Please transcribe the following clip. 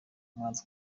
umuhanzi